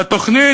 והתוכנית,